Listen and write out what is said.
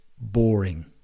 boring